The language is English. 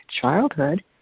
childhood